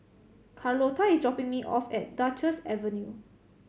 Carlotta is dropping me off at Duchess Avenue